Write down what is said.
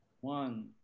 one